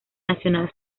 nacional